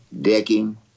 Decking